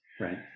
right